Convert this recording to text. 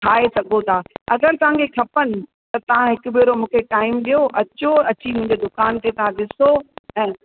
ठाहे सघो था अगरि तव्हांखे खपनि त तव्हां हिकु भेरो मूंखे टाइम ॾियो अचो अची मुंहिंजे दुकान ते तव्हां ॾिसो ऐं